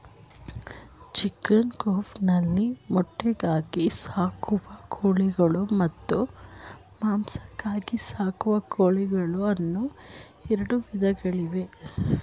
chicken coop ನಲ್ಲಿ ಮೊಟ್ಟೆಗಾಗಿ ಸಾಕುವ ಕೋಳಿಗಳು ಮತ್ತು ಮಾಂಸಕ್ಕಾಗಿ ಸಾಕುವ ಕೋಳಿಗಳು ಅನ್ನೂ ಎರಡು ವಿಧಗಳಿವೆ